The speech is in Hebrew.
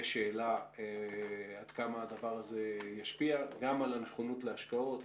יש שאלה עד כמה הדבר הזה ישפיע גם על הנכונות להשקעות,